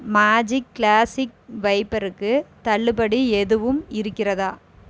magic classic வைப்பருக்கு தள்ளுபடி எதுவும் இருக்கிறதா